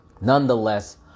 Nonetheless